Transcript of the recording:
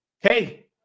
Hey